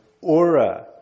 aura